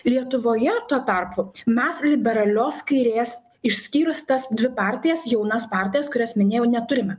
lietuvoje tuo tarpu mes liberalios kairės išskyrus tas dvi partijas jaunas partijas kurias minėjau neturime